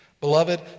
Beloved